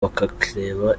bakareba